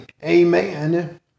Amen